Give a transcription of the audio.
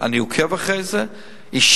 אני עוקב אחרי זה אישית,